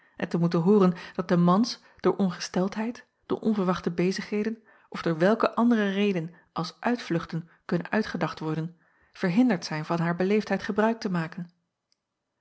te moeten hooren dat de mans door ongesteldheid door onverwachte bezigheden of door welke andere redenen als uitvluchten kunnen uitgedacht worden verhinderd zijn van haar beleefdheid gebruik te maken